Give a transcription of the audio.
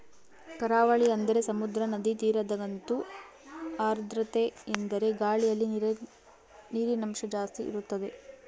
ಕರಾವಳಿ ಅಂದರೆ ಸಮುದ್ರ, ನದಿ ತೀರದಗಂತೂ ಆರ್ದ್ರತೆಯೆಂದರೆ ಗಾಳಿಯಲ್ಲಿ ನೀರಿನಂಶ ಜಾಸ್ತಿ ಇರುತ್ತದೆ